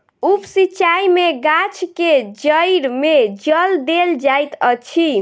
उप सिचाई में गाछ के जइड़ में जल देल जाइत अछि